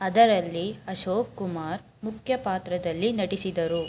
ಅದರಲ್ಲಿ ಅಶೋಕ್ ಕುಮಾರ್ ಮುಖ್ಯ ಪಾತ್ರದಲ್ಲಿ ನಟಿಸಿದರು